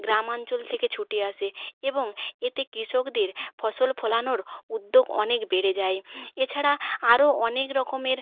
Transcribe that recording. গ্রামাঞ্চল থেকে ছুটে আসে এবং এতে কৃষকদের ফসল ফলানোর উদ্যোগ অনেক বেড়ে যায় এছাড়া আরও অনেক রকমের